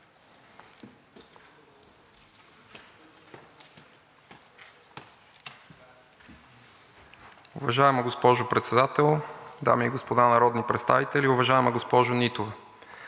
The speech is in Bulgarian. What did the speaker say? Уважаема госпожо Председател, дами и господа народни представители! Уважаема госпожо Нитова,